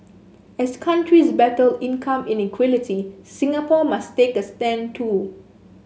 as countries battle income inequality Singapore must take a stand too